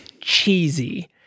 Cheesy